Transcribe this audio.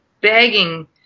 begging